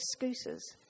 excuses